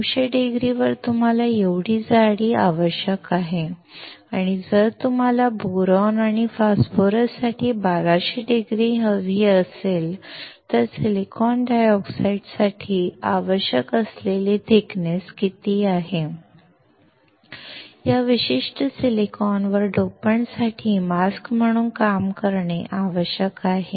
900 डिग्रीवर तुम्हाला एवढी जाडी आवश्यक आहे आणि जर तुम्हाला बोरॉन आणि फॉस्फरससाठी 1200 डिग्री हवी असेल तर सिलिकॉन डायऑक्साइडसाठी आवश्यक असलेली जाडी किती आहे या विशिष्ट सिलिकॉनवर डोपंटसाठी मास्क म्हणून काम करणे आवश्यक आहे